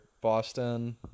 Boston